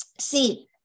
see